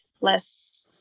less